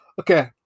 okay